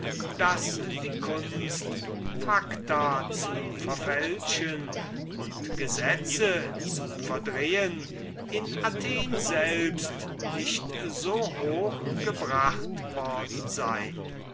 daß die kunst facta zu verfälschen und gesetze zu verdrehen in athen selbst nicht so hoch gebracht worden sei